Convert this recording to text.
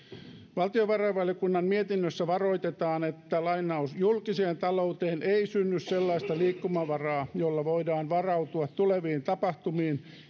valtiovarainvaliokunnan mietinnössä varoitetaan että julkiseen talouteen ei synny sellaista liikkumavaraa jolla voidaan varautua tuleviin taantumiin